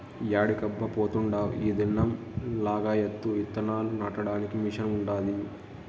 యాడికబ్బా పోతాండావ్ ఈ దినం లగాయత్తు ఇత్తనాలు నాటడానికి మిషన్ ఉండాది